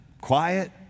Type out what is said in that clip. quiet